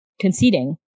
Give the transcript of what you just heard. conceding